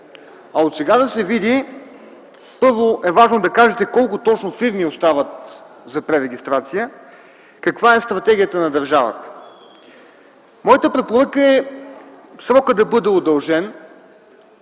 а отсега да се види колко точно фирми остават за пререгистрация и каква е стратегията на държавата. Моята препоръка е срокът да бъде удължен,